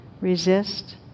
Resist